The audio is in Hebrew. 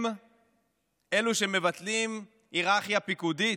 הם אלו שמבטלים היררכיה פיקודית?